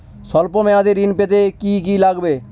সল্প মেয়াদী ঋণ পেতে কি কি লাগবে?